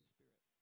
Spirit